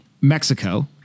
Mexico